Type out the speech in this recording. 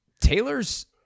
Taylor's